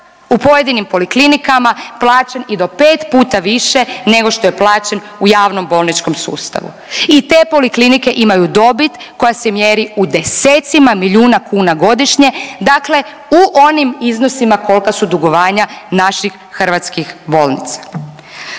u pojedinim poliklinikama plaćen i do 5 puta više nego što je plaćen u javnom bolničkom sustavu. I te poliklinike imaju dobit koja se mjeri u desecima milijuna kuna godišnje, dakle u onim iznosima kolika su dugovanja naših hrvatskih bolnica.